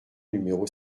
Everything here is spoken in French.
numéro